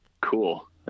Cool